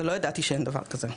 אבל לא ידעתי שאין דבר כזה.